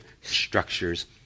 structures